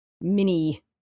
mini